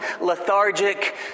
lethargic